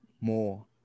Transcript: more